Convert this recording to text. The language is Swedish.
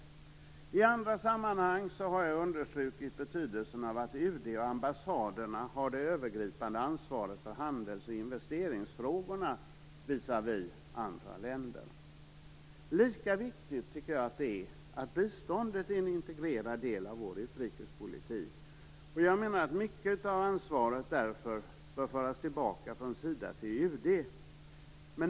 I andra sammanhang har jag understrukit betydelsen av att UD och ambassaderna har det övergripande ansvaret för handels och investeringsfrågorna visavi andra länder. Lika viktigt är det att biståndet är en integrerad del av vår utrikespolitik, och jag menar att mycket av ansvaret därför bör föras tillbaka från Sida till UD.